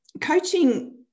coaching